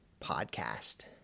podcast